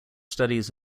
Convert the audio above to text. studies